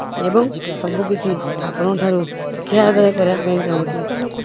ଏବଂ ସବୁକିଛି ଆପଣଙ୍କ ଠାରୁ ଶିକ୍ଷା ଆଦାୟ କରିବା ପାଇଁ ଚାହୁଁଛି